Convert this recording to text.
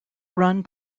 run